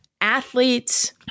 athletes